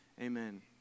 Amen